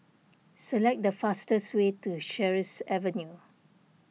select the fastest way to Sheares Avenue